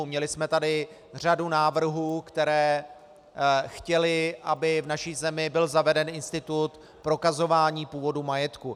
Měli jsme tady řadu návrhů, které chtěly, aby v naší zemi byl zaveden institut prokazování původu majetku.